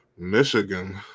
Michigan